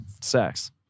sex